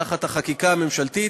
תחת החקיקה הממשלתית,